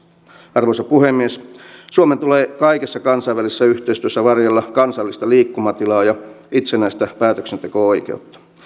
arvoisa puhemies suomen tulee kaikessa kansainvälisessä yhteistyössä varjella kansallista liikkumatilaa ja itsenäistä päätöksenteko oikeutta